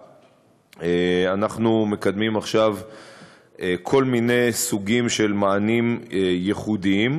אנחנו מקדמים עכשיו כל מיני סוגים של מענה ייחודי.